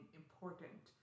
important